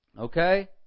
Okay